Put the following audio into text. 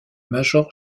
major